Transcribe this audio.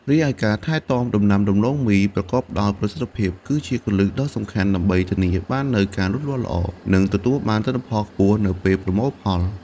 រីឯការថែទាំដំណាំដំឡូងមីប្រកបដោយប្រសិទ្ធភាពគឺជាគន្លឹះដ៏សំខាន់ដើម្បីធានាបាននូវការលូតលាស់ល្អ និងទទួលបានទិន្នផលខ្ពស់នៅពេលប្រមូលផល។